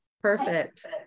perfect